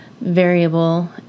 variable